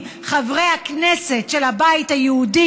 לעכו, או מרהט לנסוע לבאר שבע.